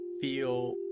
feel